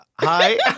Hi